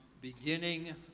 beginning